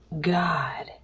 god